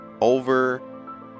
over